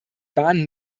bahn